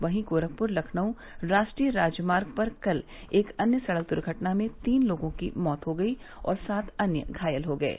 वहीं गोरखपुर लखनऊ राष्ट्रीय राजमार्ग पर कल एक अन्य सड़क दुर्घटना में तीन लोगों की मौत हो गयी और सात अन्य घायल हो गये